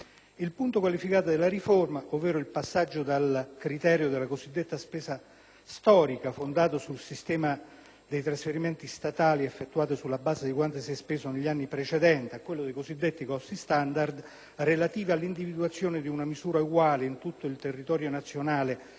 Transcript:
II punto qualificante della riforma, ovvero il passaggio dal criterio della cosiddetta spesa storica - fondato sul sistema dei trasferimenti statali effettuati sulla base di quanto si è speso negli anni precedenti - a quello dei cosiddetti costi standard, relativi all'individuazione di una misura uguale in tutto il territorio nazionale